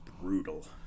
brutal